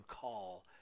call